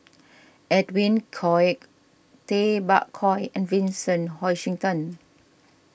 Edwin Koek Tay Bak Koi and Vincent Hoisington